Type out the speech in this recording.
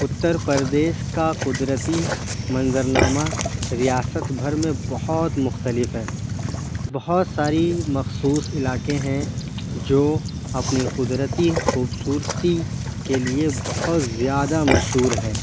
اُتر پردیش کا قدرتی منظرنامہ ریاست بھر میں بہت مختلف ہے بہت ساری مخصوص علاقے ہیں جو اپنی قدرتی خوبصورتی کے لیے بہت زیادہ مشہور ہے